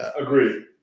Agreed